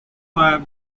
were